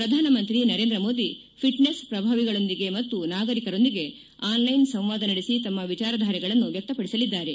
ಪ್ರಧಾನಮಂತ್ರಿ ನರೇಂದ್ರ ಮೋದಿ ಫಿಟ್ನೆಸ್ ಪ್ರಭಾವಿಗಳೊಂದಿಗೆ ಮತ್ತು ನಾಗರಿಕರೊಂದಿಗೆ ಆನ್ಲೈನ್ ಸಂವಾದ ನಡೆಸಿ ತಮ್ಮ ವಿಚಾರಧಾರೆಗಳನ್ನು ವ್ಯಕ್ತಪಡಿಸಲಿದ್ದಾರೆ